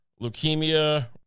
leukemia